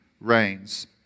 reigns